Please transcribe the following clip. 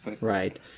Right